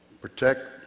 protect